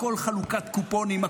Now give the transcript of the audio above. הכול חלוקת קופונים.